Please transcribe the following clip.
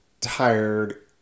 tired